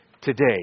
Today